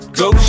go